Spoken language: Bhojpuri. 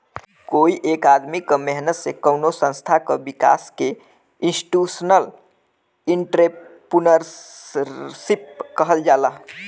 कोई एक आदमी क मेहनत से कउनो संस्था क विकास के इंस्टीटूशनल एंट्रेपर्नुरशिप कहल जाला